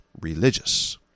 religious